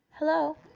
Hello